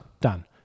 done